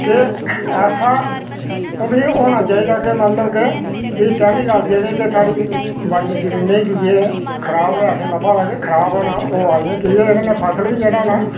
कि ऐसा बी होना चाहिदा कि मतलब कि कैमिकल जेह्डे़ ना जेह्के साढ़ी बाडी जमीना देइयै खराब ऐसा लब्भै दा कि खराब होना ओह् होआ करादियां न कि ऐ फसल बी जेह्ड़ा ना